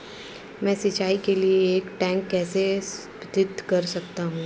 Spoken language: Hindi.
मैं सिंचाई के लिए एक टैंक कैसे स्थापित कर सकता हूँ?